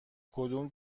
کدوم